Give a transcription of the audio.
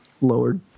lowered